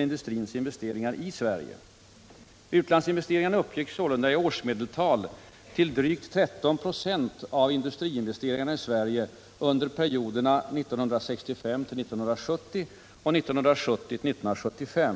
industrins investeringar i Sverige. Utlandsinvesteringarna uppgick sålunda i årsmedeltal till drygt 13 26 av industriinvesteringarna i Sverige under perioderna 1965-1970 och 1970-1975.